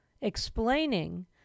explaining